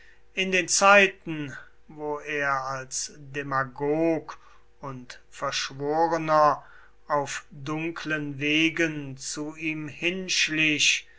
in den zeiten wo er als demagog und verschworener auf dunklen wegen zu ihm hinschlich